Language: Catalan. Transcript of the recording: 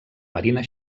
marina